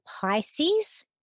Pisces